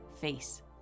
face